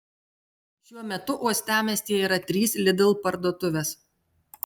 šiuo metu uostamiestyje yra trys lidl parduotuvės